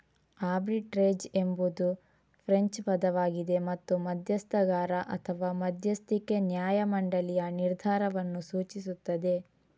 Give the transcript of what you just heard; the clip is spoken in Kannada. ಆರ್ಬಿಟ್ರೇಜ್ ಎಂಬುದು ಫ್ರೆಂಚ್ ಪದವಾಗಿದೆ ಮತ್ತು ಮಧ್ಯಸ್ಥಗಾರ ಅಥವಾ ಮಧ್ಯಸ್ಥಿಕೆ ನ್ಯಾಯ ಮಂಡಳಿಯ ನಿರ್ಧಾರವನ್ನು ಸೂಚಿಸುತ್ತದೆ